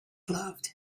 loved